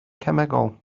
cemegol